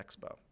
expo